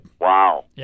Wow